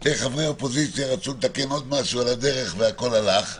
שני חברי אופוזיציה רצו לתקן עוד משהו על הדרך והכול הלך.